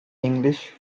english